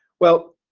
well,